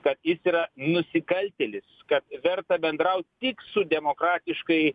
kad jis yra nusikaltėlis kad verta bendraut tik su demokratiškai